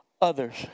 Others